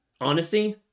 honesty